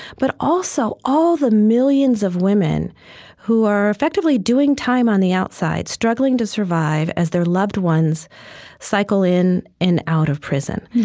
but also all the millions of women who are effectively doing time on the outside, struggling to survive, as their loved ones cycle in and out of prison